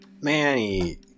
Manny